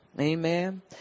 Amen